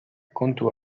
كنت